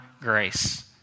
grace